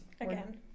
Again